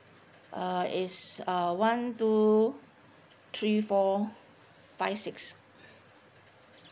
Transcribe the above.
uh is uh one two three four five six